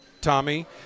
Tommy